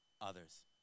others